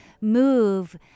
move